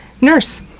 Nurse